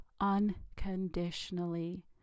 unconditionally